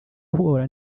bahura